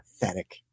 Pathetic